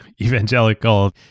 evangelical